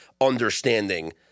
understanding